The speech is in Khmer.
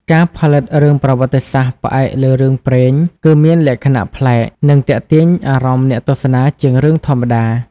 ការផលិតរឿងប្រវត្តិសាស្ត្រផ្អែកលើរឿងព្រេងគឺមានលក្ខណៈប្លែក និងទាក់ទាញអារម្មណ៍អ្នកទស្សនាជាងរឿងធម្មតា។